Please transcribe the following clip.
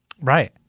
Right